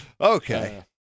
Okay